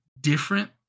different